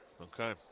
Okay